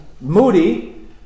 moody